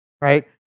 right